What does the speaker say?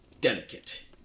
delicate